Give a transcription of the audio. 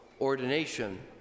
ordination